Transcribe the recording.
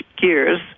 gears